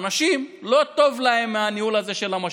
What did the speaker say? האנשים, לא טוב להם מהניהול הזה של המשבר.